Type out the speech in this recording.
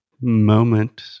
moment